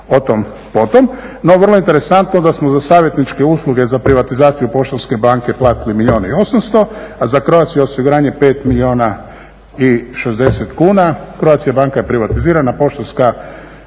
o tom potom. No, vrlo je interesantno da smo za savjetničke usluge za privatizaciju Poštanske banke platili milijun i 800, a za Croatia osiguranje 5 milijuna i 60 kuna. Croatia banka je privatizirana, Poštanska